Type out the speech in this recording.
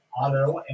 auto